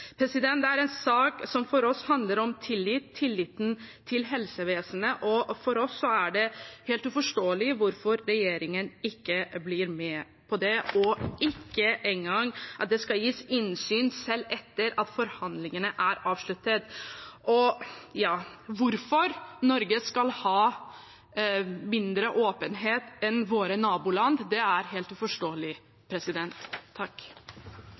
Det er en sak som for oss handler om tillit – tilliten til helsevesenet. For oss er det helt uforståelig hvorfor regjeringen ikke engang blir med på at det skal gis innsyn selv etter at forhandlingene er avsluttet. Hvorfor Norge skal ha mindre åpenhet enn våre naboland, er helt uforståelig.